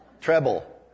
Treble